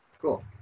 Cool